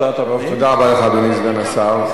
תודה רבה לך, אדוני סגן השר.